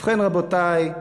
ובכן, רבותי,